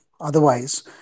otherwise